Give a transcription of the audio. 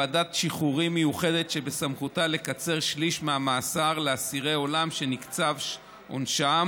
ועדת שחרורים מיוחדת שבסמכותה לקצר שליש מהמאסר לאסירי עולם שנקצב עונשם